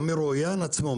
המרואיין עצמו,